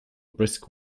brisk